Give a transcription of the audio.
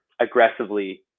aggressively